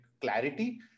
clarity